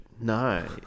No